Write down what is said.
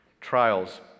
trials